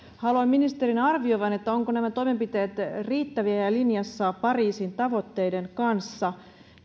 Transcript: haluan ministerin arvioivan ovatko nämä toimenpiteet riittäviä ja linjassa pariisin tavoitteiden kanssa